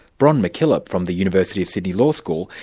bron mckillop from the university of sydney law school,